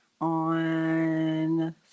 on